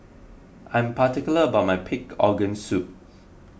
I'm particular about my Pig Organ Soup